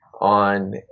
on